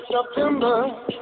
September